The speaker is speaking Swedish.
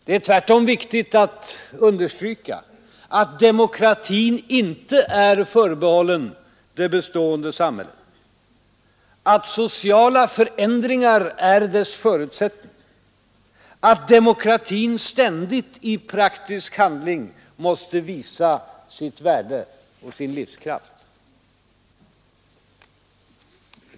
Det är tvärtom viktigt att understryka att demokratin inte är förbehållen det bestående samhället, att sociala förändringar är dess förutsättning, att demokratin ständigt i praktisk handling måste visa sitt värde och sin livskraft.